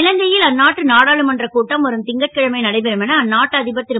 இலங்கை ல் அந்நாட்டு நாடாளுமன்ற கூட்டம் வரும் ங்கட்கிழமை நடைபெறும் என அந்நாட்டு அ பர் ரு